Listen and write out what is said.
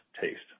taste